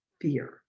fear